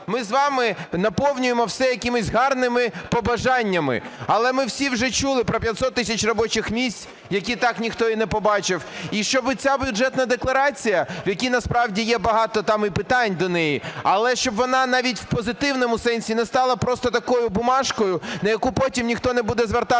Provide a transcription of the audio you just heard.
Ми з вами наповнюємо все якимись гарними побажаннями, але ми всі вже чули про 500 тисяч робочих місць, яких так ніхто і не побачив. І щоб і ця Бюджетна декларація, в якій насправді є багато там і питань до неї, але щоб вона навіть у позитивному сенсі не стала просто такою бумажкою, на яку потім ніхто не буде звертати